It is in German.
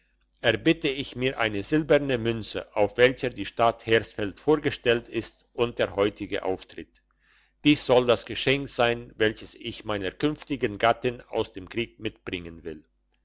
erbitte ich mir eine silberne münze auf welcher die stadt hersfeld vorgestellt ist und der heutige auftritt dies soll das geschenk sein welches ich meiner künftigen gattin aus dem krieg mitbringen will